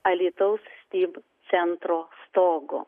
alytaus steam centro stogu